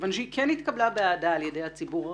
כיוון שהיא כן התקבלה באהדה על ידי הציבור הרחב.